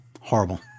Horrible